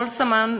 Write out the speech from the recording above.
כל סממן,